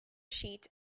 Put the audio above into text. sheet